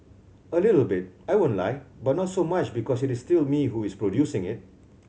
a little bit I won't lie but not so much because it is still me who is producing it